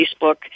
Facebook